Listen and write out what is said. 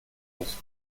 ist